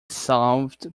solved